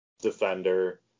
defender